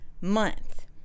month